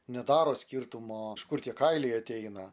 nedaro skirtumo kur tie kailiai ateina